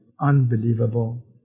unbelievable